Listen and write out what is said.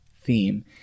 theme